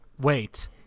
wait